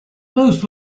most